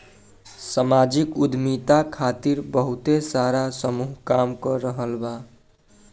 सामाजिक उद्यमिता खातिर बहुते सारा समूह काम कर रहल बा